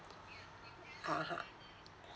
(uh huh)